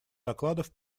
докладов